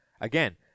Again